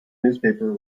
newspaper